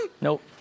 Nope